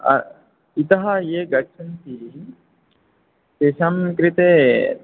इतः ये गच्छन्ति तेषां कृते